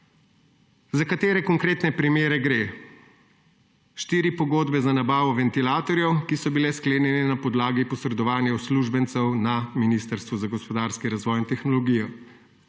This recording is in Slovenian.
Za katere konkretne primere gre? Štiri pogodbe za nabavo ventilatorjev, ki so bile sklenjene na podlagi posredovanja uslužbencev na Ministrstvu za gospodarski razvoj in tehnologijo,